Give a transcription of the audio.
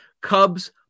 Cubs